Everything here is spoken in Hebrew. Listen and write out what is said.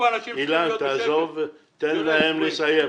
תן להם לסיים.